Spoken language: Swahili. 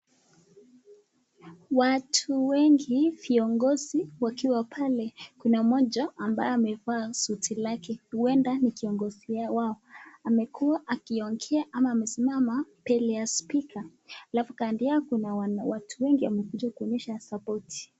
Watu wengi viongozi wakiwa pale kuna mmoja ambaye amevaa suti lake huenda ni kiongozi wao amekuwa akiongea ama amesimama mbele ya spika alafu kando yake kuna watu wengi wamekuja kuonyesha sapoti .